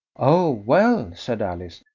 o well, said alice,